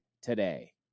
today